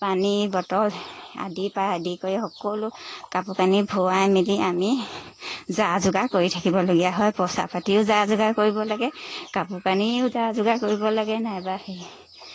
পানী বটল আদিৰপৰা আদি কৰি সকলো কাপোৰ কানি ভৰাই মেলি আমি যা যোগাৰ কৰি থাকিবলগীয়া হয় পইচা পাতিও যা যোগাৰ কৰিব লাগে কাপোৰ কানিও যা যোগাৰ কৰিব লাগে নাইবা সেই